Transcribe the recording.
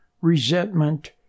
resentment